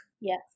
Yes